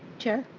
chair?